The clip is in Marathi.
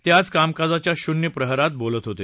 ते आज कामकाजाच्या शून्य प्रहरात बोलत होते